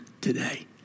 today